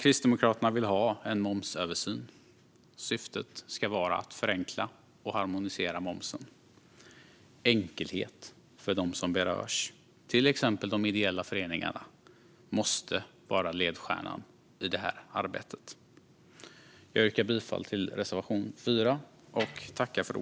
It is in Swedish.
Kristdemokraterna vill ha en momsöversyn. Syftet ska vara att förenkla och harmonisera momsen. Enkelhet för dem som berörs, till exempel de ideella föreningarna, måste vara ledstjärnan i det arbetet. Jag yrkar bifall till reservation 4.